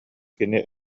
кини